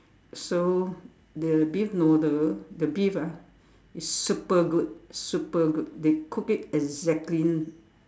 so the beef noodle the beef ah is super good super good they cook it exactly